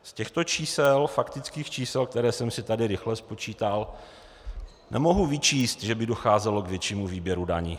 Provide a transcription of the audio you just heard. Z těchto faktických čísel, která jsem si tady rychle spočítal, nemohu vyčíst, že by docházelo k většímu výběru daní.